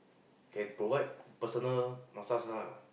can provide personal massage lah